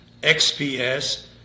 XPS